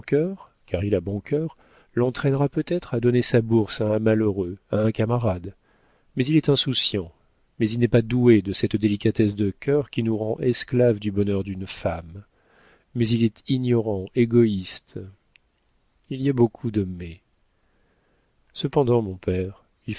car il a bon cœur l'entraînera peut-être à donner sa bourse à un malheureux à un camarade mais il est insouciant mais il n'est pas doué de cette délicatesse de cœur qui nous rend esclaves du bonheur d'une femme mais il est ignorant égoïste il y a beaucoup de mais cependant mon père